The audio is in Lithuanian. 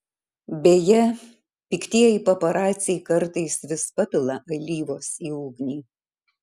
beje piktieji paparaciai kartais vis papila alyvos į ugnį